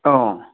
ꯑꯧ